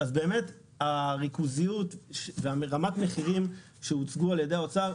אז באמת הריכוזיות ורמת הייחודיות שהוצגו על ידי האוצר,